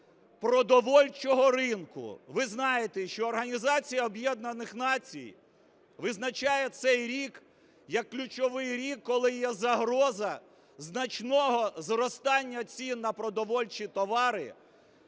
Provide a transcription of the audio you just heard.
Об'єднаних Націй визначає цей рік як ключовий рік, коли є загроза значного зростання цін на продовольчі товари,